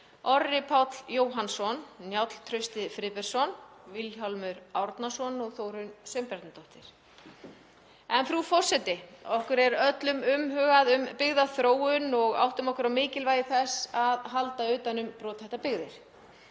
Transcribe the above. Orri Páll Jóhannsson, Njáll Trausti Friðbertsson, Vilhjálmur Árnason og Þórunn Sveinbjarnardóttir. Frú forseti. Okkur er öllum umhugað um byggðaþróun og áttum okkur á mikilvægi þess að halda utan um brothættar byggðir.